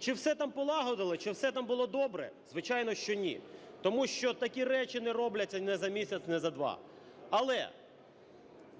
Чи все там полагодили? Чи все там було добре? Звичайно, що ні. Тому що такі речі не робляться ні за місяць, ні за два. Але